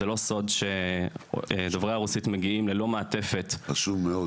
זה לא סוד שדוברי הרוסית מגיעים ללא מעטפת קהילתית,